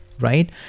right